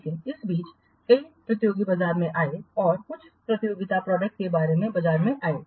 लेकिन इस बीच कई प्रतियोगी बाजार में आए और कुछ प्रतियोगिता प्रोडक्ट वे बाजार में आए